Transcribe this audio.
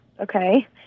okay